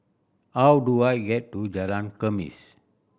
how do I get to Jalan Khamis